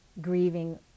grieving